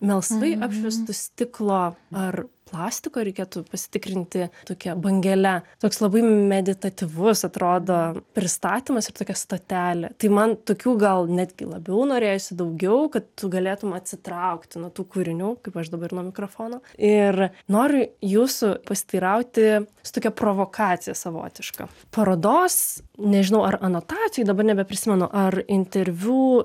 melsvai apšviestu stiklo ar plastiko reikėtų pasitikrinti tokia bangele toks labai meditatyvus atrodo pristatymas ir tokia stotelė tai man tokių gal netgi labiau norėjosi daugiau kad tu galėtum atsitraukti nuo tų kūrinių kaip aš dabar nuo mikrofono ir noriu jūsų pasiteirauti su tokia provokacija savotiška parodos nežinau ar anotacijoj dabar nebeprisimenu ar interviu